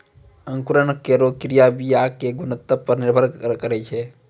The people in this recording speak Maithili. अंकुरन केरो क्रिया बीया क गुणवत्ता पर निर्भर करै छै